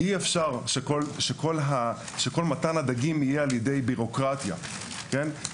אי אפשר שכל מתן הדגים יהיה על ידי בירוקרטיה והביטחון